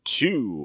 two